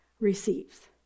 receives